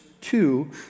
two